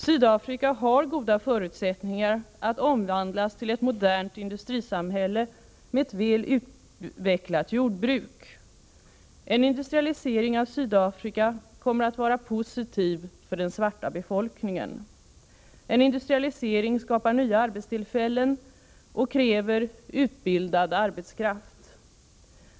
Sydafrika har goda förutsättningar att omvandlas till ett modernt industrisamhälle, med ett väl utvecklat jordbruk. En industrialisering av Sydafrika kommer att vara positiv för den svarta befolkningen. En industrialisering skapar nya arbetstillfällen och kräver utbildad arbetskraft.